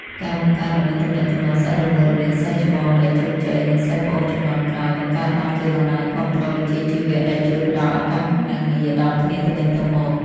ការបង្កើតឱ្យមានទំនាក់ទំនងស្អិតរមួតរវាងសិស្សច្បងដែលជោគជ័យ និងសិស្សប្អូនជំនាន់ក្រោយ បង្កើតបានជាបណ្ដាញគាំទ្រវិជ្ជាជីវៈដែលជួយផ្ដល់ឱកាសការងារដល់គ្នាទៅវិញទៅមក។